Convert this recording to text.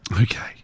Okay